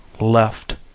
Left